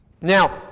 Now